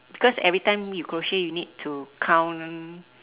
because every time you crochet you need to count